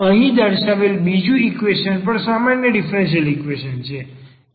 અહીં દર્શાવેલ બીજું ઈક્વેશન પણ સામાન્ય ડીફરન્સીયલ ઈક્વેશન છે